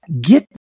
get